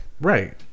Right